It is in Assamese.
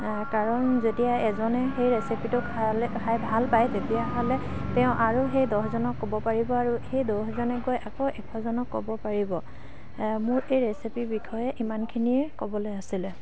কাৰণ যেতিয়া এজনে সেই ৰেচিপিটো খালে খাই ভাল পায় তেতিয়াহ'লে তেওঁ আৰু সেই দহজনক ক'ব পাৰিব আৰু সেই দহজনে গৈ আকৌ এশজনক ক'ব পাৰিব মোৰ এই ৰেচিপিৰ বিষয়ে ইমানখিনিয়ে ক'বলৈ আছিলে